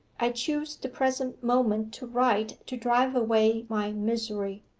i choose the present moment to write to drive away my misery.